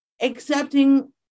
accepting